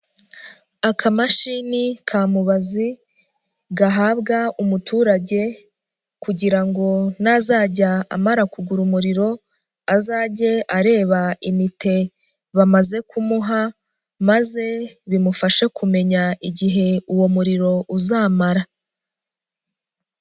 Akamashini ka mubazi gahabwa umuturage kugira ngo n'azajya amara kugura umuriro azajye areba inite bamaze kumuha, maze bimufashe kumenya igihe uwo muriro uzamara.